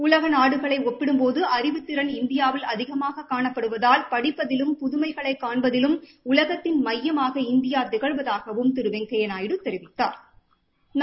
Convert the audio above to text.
உலக நாடுகளை ஒப்பிடும்போது அறிவுத்திறன இந்தியாவில் அதிகமாக காணப்படுவதால் படிப்பதிலும் புதமைகளை காண்பதிலும் உலகத்தின் மையமாக இந்தியா திகழ்வதாகவும் திரு வெங்கையா நாயுடு தெரிவித்தாா்